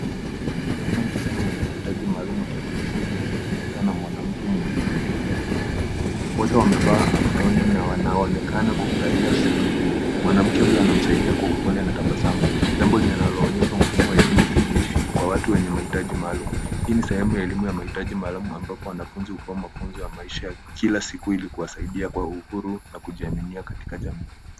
Hapa naona msichana mwenye mahitaji maalum akifundishwa jinsi ya kupika na mwanamke mwingine jikoni. Wote wamevaa aproni na wanaonekana kufurahia shughuli hiyo. Mwanamke huyu anamsaidia kwa upole na tabasamu. Jambo linaloonyesha umuhimu wa elimu jumuishi kwa watu wenye mahitaji maalum. Hii ni sehemu ya elimu ya mahitaji maalum ambapo wanafunzi hupawa mafunzo ya maisha ya kila siku ili kuwasaidia kuwa huru na kujiaminia katika jamii.